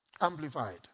Amplified